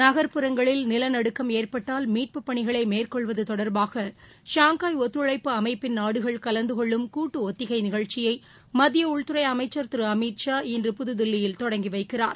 நகர்ப்புறங்களில் நிலநடுக்கம் ஏற்பட்டால் மீட்பு பணிகளை மேற்கொள்வது தொடர்பாக ஷாங்காய் ஒத்துழைப்பு அமைப்பின் நாடுகள் கலந்தகொள்ளும் கூட்டு ஒத்திகை நிகழ்ச்சியை மத்திய உள்துறை அமைச்சர் திரு அமித் ஷா இன்று புதுதில்லியில் தொடங்கி வைக்கிறார்